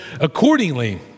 Accordingly